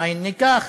מאין ניקח.